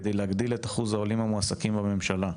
כדי להגדיל את אחוז העולים המועסקים בממשלה.